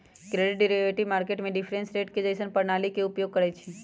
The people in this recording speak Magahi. क्रेडिट डेरिवेटिव्स मार्केट में डिफरेंस रेट जइसन्न प्रणालीइये के उपयोग करइछिए